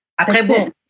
Après